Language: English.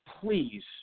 please